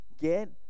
get